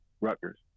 Rutgers